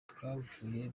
twavuye